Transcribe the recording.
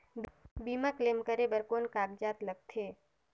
बीमा क्लेम करे बर कौन कागजात लगथे?